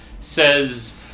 says